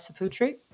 Saputri